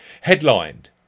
Headlined